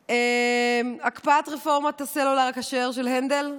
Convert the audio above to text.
הקפאת רפורמת הסלולר הכשר של הנדל,